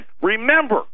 remember